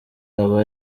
aba